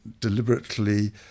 deliberately